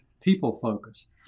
people-focused